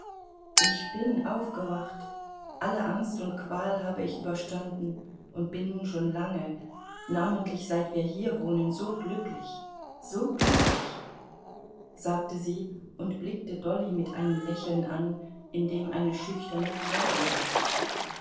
ich bin aufgewacht alle angst und qual habe ich überstanden und bin nun schon lange namentlich seit wir hier wohnen so glücklich so glücklich sagte sie und blickte dolly mit einem lächeln an in dem eine schüchterne frage lag